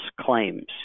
claims